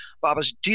Baba's